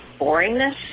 boringness